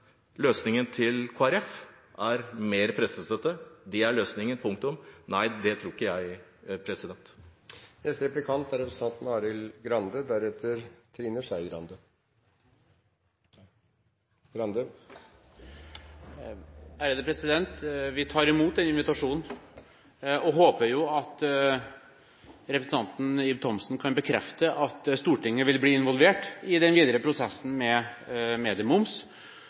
løsningen til Kristelig Folkeparti er mer pressestøtte. Det er løsningen – punktum. Nei, det tror ikke jeg. Vi tar imot den invitasjonen. Jeg håper at representanten Ib Thomsen kan bekrefte at Stortinget vil bli involvert i den videre prosessen når det gjelder mediemoms, både størrelsen på den når notifiseringen er i ferd med